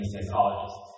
psychologists